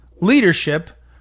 leadership